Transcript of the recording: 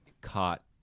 caught